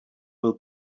will